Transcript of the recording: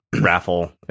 raffle